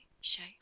shape